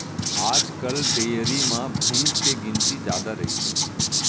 आजकाल डेयरी म भईंस के गिनती जादा रइथे